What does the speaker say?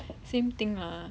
same thing ah